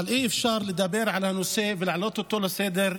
אבל אי-אפשר לדבר על הנושא ולהעלות אותו לסדר-היום,